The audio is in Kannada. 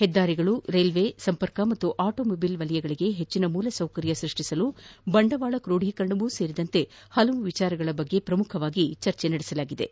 ಹೆದ್ದಾರಿಗಳು ರೈಲ್ವೆ ದೂರಸಂಪರ್ಕ ಮತ್ತು ಆಟೋಮೊಬೈಲ್ ವಲಯಗಳಿಗೆ ಹೆಚ್ಚಿನ ಮೂಲಸೌಕರ್ಯ ಸೃಷ್ಟಿಸಲು ಬಂಡವಾಳ ಕೂಡೀಕರಣವೂ ಸೇರಿದಂತೆ ಹಲವು ವಿಷಯಗಳ ಬಗ್ಗೆ ಪ್ರಮುಖವಾಗಿ ಚರ್ಚೆ ನಡೆಸಲಾಯಿತು